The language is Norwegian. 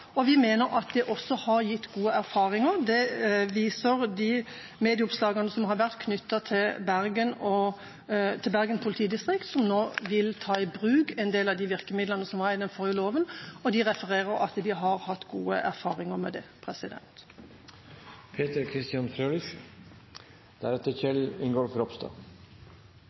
tigger. Derfor mener vi at det lovverket som eksisterer, er bra, og vi mener at det også har gitt gode erfaringer. Det viser de medieoppslagene som har vært om Bergen politidistrikt, som nå vil ta i bruk en del av de virkemidlene som var i den forrige loven. De refererer at de har hatt gode erfaringer med det.